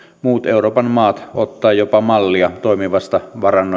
muut euroopan maat ottaa jopa mallia toimivassa